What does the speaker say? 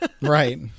right